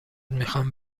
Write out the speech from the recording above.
میخام